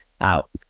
out